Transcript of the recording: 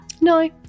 No